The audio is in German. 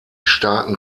starken